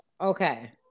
Okay